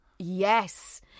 Yes